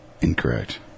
Incorrect